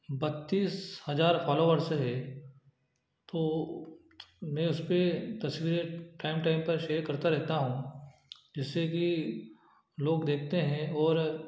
बत्तीस हज़ार फॉलोवर्स हैं तो मैं उस पर तस्वीरें टाइम टाइम पर शेयर करता रहता हूँ जिससे कि लोग देखते हैं और